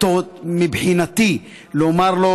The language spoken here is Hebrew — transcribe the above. מבחינתי לומר לו